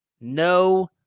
No